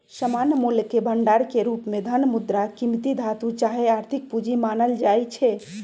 सामान्य मोलके भंडार के रूप में धन, मुद्रा, कीमती धातु चाहे आर्थिक पूजी मानल जाइ छै